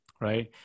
Right